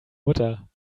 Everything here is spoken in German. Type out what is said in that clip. mutter